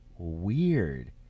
weird